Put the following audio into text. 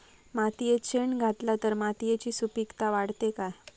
मातयेत शेण घातला तर मातयेची सुपीकता वाढते काय?